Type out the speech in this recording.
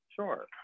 sure